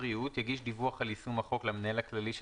בריאות יגיש דיווח על יישום החוק למנהל הכללי של